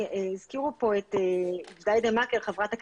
הזכירה פה חברת הכנסת את ג'דיידה מאכר,